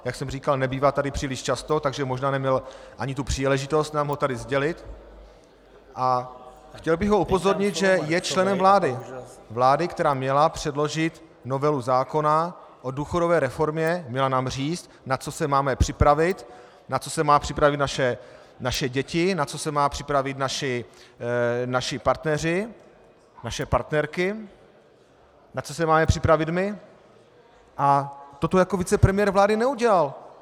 Jak jsem říkal, nebývá tady příliš často, takže možná neměl ani tu příležitost nám ho tady sdělit, a chtěl bych ho upozornit, že je členem vlády, která měla předložit novelu zákona o důchodové reformě, měla nám říct, na co se máme připravit, na co se mají připravit naše děti, na co se mají připravit naši partneři, naše partnerky, na co se máme připravit my, a toto jako vicepremiér vlády neudělal.